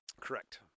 Correct